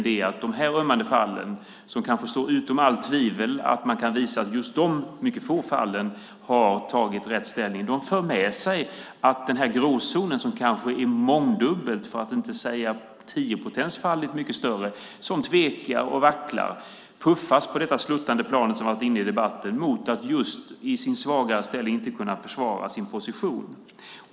De här ömmande fallen, där man kanske utom allt tvivel kan visa att just de mycket få fallen har tagit ställning på rätt sätt, för med sig att de som befinner sig i den gråzon, som kanske är mångdubbelt för att inte säga tiopotensfaldigt mycket större, som tvekar och vacklar puffas ut på detta sluttande plan, som har varit uppe i debatten, i och med att de i sin svaga ställning inte kan försvara sin position.